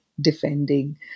defending